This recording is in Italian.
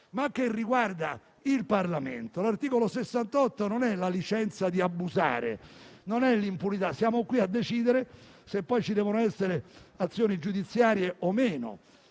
che riguarda il Parlamento. L'articolo 68 non è la licenza di abusare, non è l'impunità. Siamo qui a decidere se poi ci devono essere azioni giudiziarie o no.